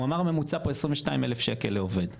הוא אמר שהממוצע הוא 22,000 לעובד כלומר,